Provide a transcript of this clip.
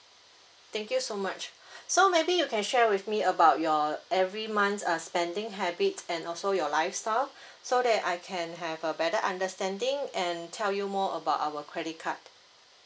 thank you so much so maybe you can share with me about your every months err spending habits and also your lifestyle so that I can have a better understanding and tell you more about our credit card